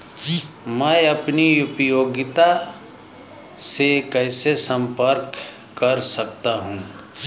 मैं अपनी उपयोगिता से कैसे संपर्क कर सकता हूँ?